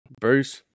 Bruce